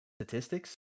statistics